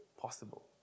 possible